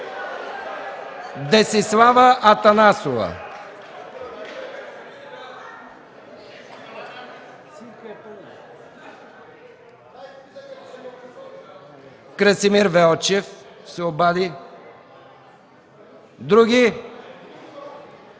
Десислава Атанасова, Красимир Велчев...